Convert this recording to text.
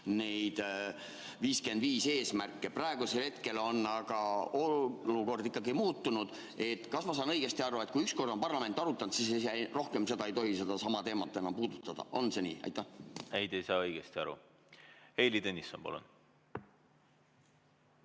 neid "55" eesmärke, praegusel hetkel on aga olukord muutunud. Kas ma saan õigesti aru, et kui üks kord on parlament arutanud, siis rohkem ei tohi sedasama teemat enam puudutada? On see nii? Ei, te ei saa õigesti aru. Heili Tõnisson, palun!